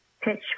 pitch